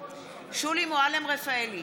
שולי מועלם-רפאלי,